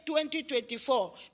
2024